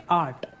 art